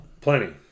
Plenty